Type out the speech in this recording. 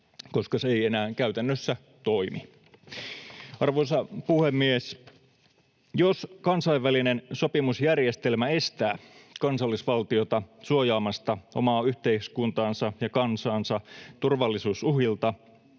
koska se ei enää käytännössä toimi. Arvoisa puhemies! Jos kansainvälinen sopimusjärjestelmä estää kansallisvaltiota suojaamasta omaa yhteiskuntaansa ja kansaansa turvallisuusuhilta,